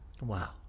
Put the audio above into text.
Wow